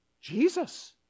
Jesus